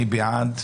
מי בעד,